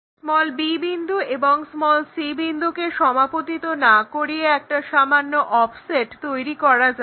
b বিন্দু এবং c বিন্দুকে সমাপতিত না করিয়ে একটা সামান্য অফসেট তৈরি করা যাক